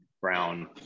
brown